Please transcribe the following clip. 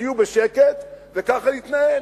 תהיו בשקט, וכך זה יתנהל.